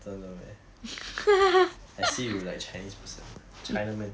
真的 meh I see you like chinese person china man